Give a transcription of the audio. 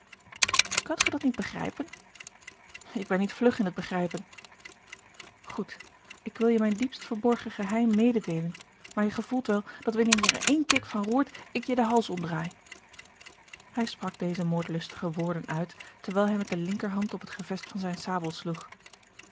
kunt ge dat niet begrijpen ik ben niet vlug in het begrijpen goed ik wil je mijn diepst verborgen geheim mededeelen maar je gevoelt wel dat wanneer je er één kik van roert ik je den hals omdraai hij sprak deze moordlustige woorden uit terwijl hij met de linker hand op het gevest van zijne sabel sloeg